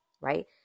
right